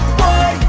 boy